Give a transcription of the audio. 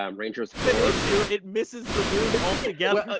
um rangers four an issue? it misses the moon altogether.